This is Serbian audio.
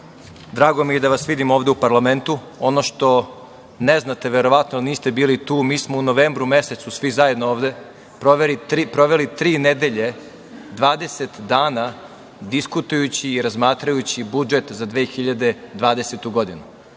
drago mi je da vas vidim ovde u parlamentu. Ono što ne znate, verovatno, jer niste bili tu, mi smo u novembru mesecu svi zajedno ovde, proveli tri nedelje, 20 dana diskutujući i razmatrajući budžet za 2020. godinu.